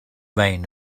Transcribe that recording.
reign